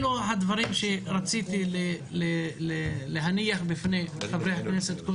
אלו הדברים שרציתי להניח בפני חברי הכנסת.